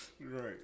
right